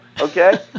okay